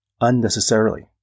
unnecessarily